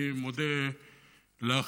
אני מודה לך,